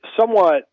somewhat